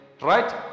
right